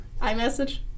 iMessage